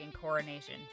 coronation